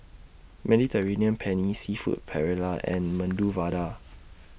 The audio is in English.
Mediterranean Penne Seafood Paella and Medu Vada